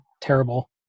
terrible